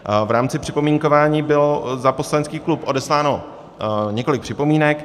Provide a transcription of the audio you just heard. V rámci připomínkování bylo za poslanecký klub odesláno několik připomínek.